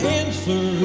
answer